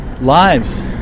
lives